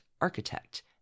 architect